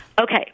Okay